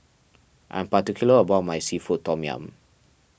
I am particular about my Seafood Tom Yum